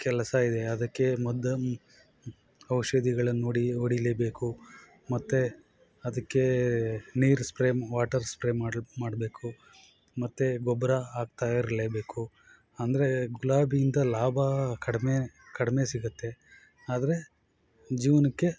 ಕೆಲಸ ಇದೆ ಅದಕ್ಕೆ ಮದ್ದನ್ನ ಔಷಧಿಗಳನ್ನು ಹೊಡಿ ಹೊಡಿಲೇಬೇಕು ಮತ್ತೆ ಅದಕ್ಕೇ ನೀರು ಸ್ಪ್ರೇ ವಾಟರ್ ಸ್ಪ್ರೇ ಮಾಡಬೇಕು ಮತ್ತೆ ಗೊಬ್ಬರ ಹಾಕ್ತಾ ಇರಲೇಬೇಕು ಅಂದರೆ ಗುಲಾಬಿಯಿಂದ ಲಾಭ ಕಡ್ಮೆ ಕಡಮೆ ಸಿಗುತ್ತೆ ಆದರೆ ಜೀವನಕ್ಕೆ